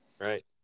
Right